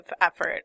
effort